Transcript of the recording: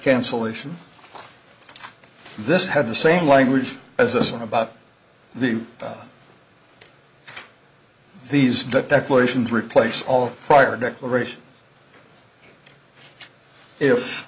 cancellation this had the same language as this one about the these declarations replace all prior declaration if